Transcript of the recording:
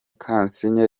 kasinge